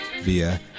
via